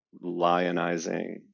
lionizing